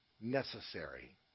necessary